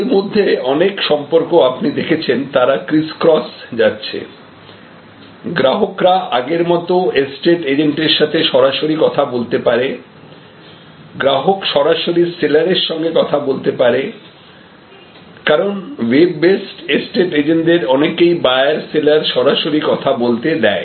এর মধ্যে অনেক সম্পর্ক আপনি দেখেছেন তারা ক্রিসক্রস যাচ্ছে গ্রাহকরা আগের মতো এস্টেট এজেন্টের সঙ্গে সরাসরি কথা বলতে পারে গ্রাহক সরাসরি সেলারের সঙ্গে কথা বলতে পারে কারণ ওয়েব বেসড এস্টেট এজেন্টদের অনেকে বায়ার সেলার সরাসরি কথা বলতে দেয়